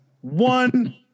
One